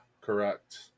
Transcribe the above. correct